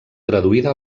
traduïda